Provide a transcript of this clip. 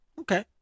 okay